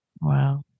Wow